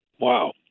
Wow